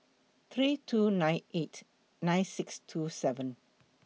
three two nine eight nine six two seven